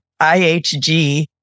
IHG